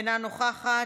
אינה נוכחת,